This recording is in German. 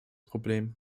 problem